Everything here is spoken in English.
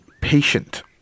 patient